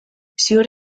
ziur